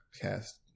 cast